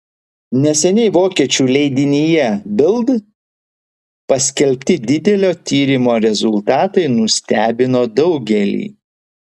neseniai vokiečių leidinyje bild paskelbti didelio tyrimo rezultatai nustebino daugelį